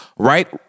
Right